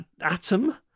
atom